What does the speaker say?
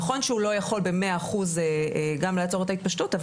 נכון שהוא לא יכול במאה אחוז גם לעצור את ההתפשטות,